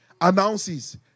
announces